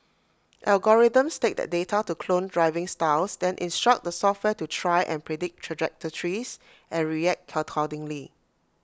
algorithms take that data to clone driving styles then instruct the software to try and predict trajectories and react accordingly